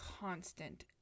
constant